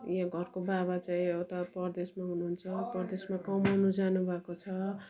यहाँ घरको बाबा चाहिँ उता परदेशमा हुनुहुन्छ परदेशमा कमाउनु जानु भएको छ